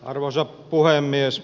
arvoisa puhemies